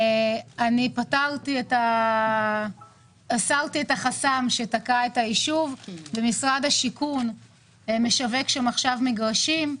הסרתי את החסם שתקע את היישוב ומשרד השיכון משווק שם עכשיו מגרשים.